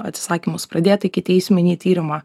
atsisakymas pradėti ikiteisminį tyrimą